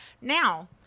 Now